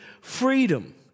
freedom